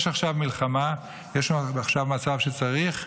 יש עכשיו מלחמה, יש עכשיו מצב שצריך,